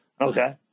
Okay